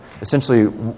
Essentially